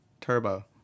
Turbo